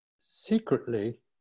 secretly